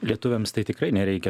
lietuviams tai tikrai nereikia